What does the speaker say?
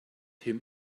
him